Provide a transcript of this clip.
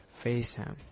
FaceTime